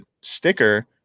sticker